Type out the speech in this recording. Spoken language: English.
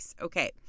Okay